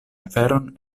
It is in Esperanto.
aferon